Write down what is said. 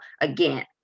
again